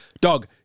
Dog